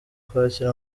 kwakira